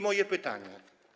Moje pytania.